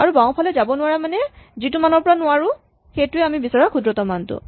আৰু বাওঁফালে যাব নোৱাৰা মানে যিটো মানৰ পৰা নোৱাৰো সেইটোৱেই আমি বিচৰা ক্ষুদ্ৰতম মানটো